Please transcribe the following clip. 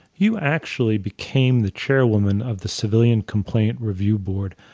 you actually became the chairwoman of the civilian complaint review board,